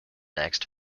next